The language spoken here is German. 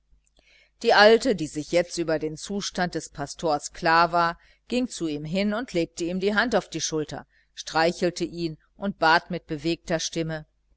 die alte die sich jetzt über den zustand des pastors klar war ging zu ihm hin und legte ihm die hand auf die schulter streichelte ihn und bat mit bewegter stimme